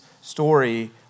story